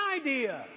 idea